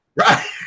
Right